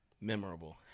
Memorable